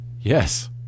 Yes